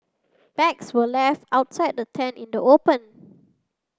bags were left outside the tent in the open